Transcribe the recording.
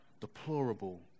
deplorable